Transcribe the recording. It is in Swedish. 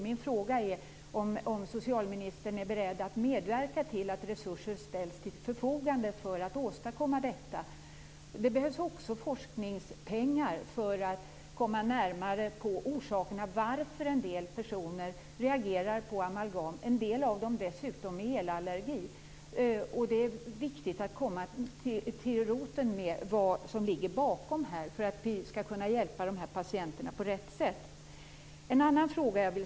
Min fråga är om socialministern är beredd att medverka till att resurser ställs till förfogande för att åstadkomma detta. Det behövs också forskningspengar för att komma närmare orsakerna till att en del personer reagerar på amalgam. En del av dem lider dessutom av elallergi. Det är viktigt att gå till roten med vad som ligger bakom här för att vi skall kunna hjälpa de här patienterna på rätt sätt.